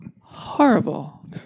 Horrible